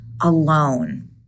alone